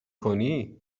کنی